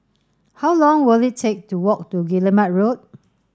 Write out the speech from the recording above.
how long will it take to walk to Guillemard Road